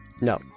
No